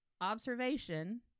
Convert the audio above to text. observation